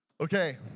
Okay